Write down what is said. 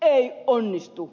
ei onnistu